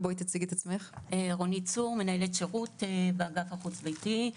אני מנהלת שירות באגף החוץ ביתי.